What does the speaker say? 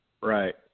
Right